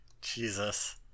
Jesus